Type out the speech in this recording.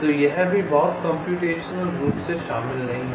तो यह भी बहुत कम्प्यूटेशनल रूप से शामिल नहीं है